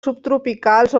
subtropicals